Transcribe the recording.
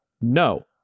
no